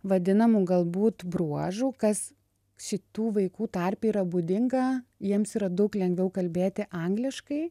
vadinamų galbūt bruožų kas šitų vaikų tarpe yra būdinga jiems yra daug lengviau kalbėti angliškai